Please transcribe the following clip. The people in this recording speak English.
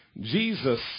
Jesus